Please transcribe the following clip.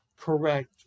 correct